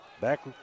Back